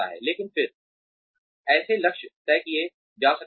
लेकिन फिर ऐसे लक्ष्य तय किए जा सकते हैं